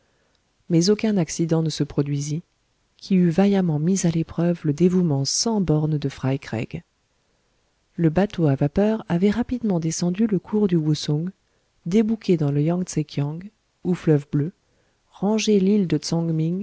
mais aucun accident ne se produisit qui eût vaillamment mis à l'épreuve le dévouement sans bornes de frycraig le bateau à vapeur avait rapidement descendu le cours du wousung débouqué dans le yang tse kiang ou fleuve bleu rangé l'île de